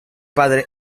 padre